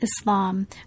Islam